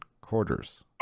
quarters